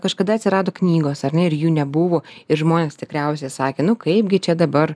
kažkada atsirado knygos ar ne ir jų nebuvo ir žmonės tikriausiai sakė nu kaipgi čia dabar